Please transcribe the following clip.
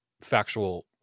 factual